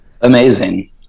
amazing